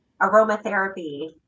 aromatherapy